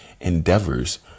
endeavors